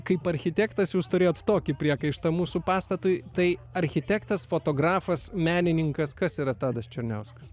kaip architektas jūs turėjot tokį priekaištą mūsų pastatui tai architektas fotografas menininkas kas yra tadas černiauskas